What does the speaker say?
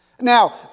Now